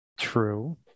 True